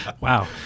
wow